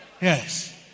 Yes